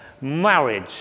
marriage